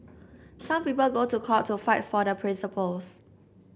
some people go to court to fight for their principles